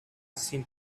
seemed